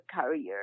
career